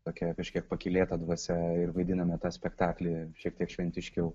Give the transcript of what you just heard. tokia kažkiek pakylėta dvasia ir vaidiname tą spektaklį šiek tiek šventiškiau